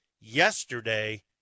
yesterday